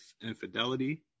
infidelity